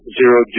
zero